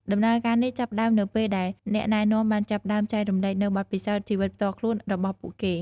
ដំណើរការនេះចាប់ផ្តើមនៅពេលដែលអ្នកណែនាំបានចាប់ផ្តើមចែករំលែកនូវបទពិសោធន៍ជីវិតផ្ទាល់ខ្លួនរបស់ពួកគេ។